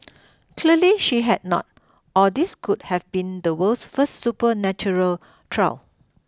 clearly she had not or this could have been the world's first supernatural trial